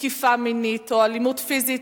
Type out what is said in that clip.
תקיפה מינית או אלימות פיזית,